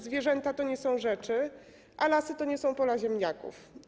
Zwierzęta to nie są rzeczy, a lasy to nie są pola ziemniaków.